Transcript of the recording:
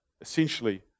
Essentially